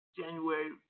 January